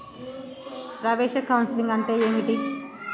ప్రవేశ కౌన్సెలింగ్ అంటే ఏమిటి?